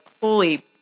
holy